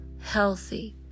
healthy